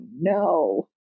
no